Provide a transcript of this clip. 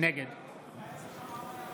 נגד יאיר לפיד, אינו